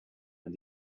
and